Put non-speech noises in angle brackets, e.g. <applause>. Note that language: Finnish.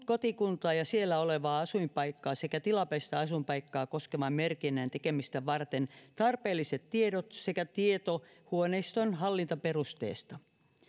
<unintelligible> kotikuntaa ja siellä olevaa asuinpaikkaa sekä tilapäistä asuinpaikkaa koskevan merkinnän tekemistä varten tarpeelliset tiedot sekä tieto huoneiston hallintaperusteesta